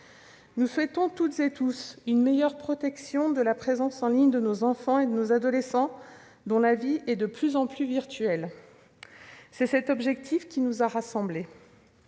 Nous souhaitons toutes et tous une meilleure protection de la présence en ligne de nos enfants et de nos adolescents, dont la vie est de plus en plus virtuelle : c'est cet objectif qui nous a rassemblés.